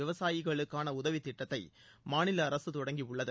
விவசாயிகளுக்கான உதவித்திட்டத்தை மாநில அரசு தொடங்கியுள்ளது